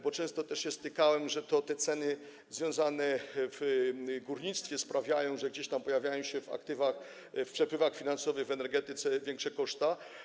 Bo często też się stykałem z tym, że to ceny związane z górnictwem sprawiają, że gdzieś tam pojawiają się w aktywach, w przepływach finansowych, w energetyce większe koszty.